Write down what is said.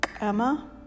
Emma